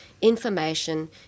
information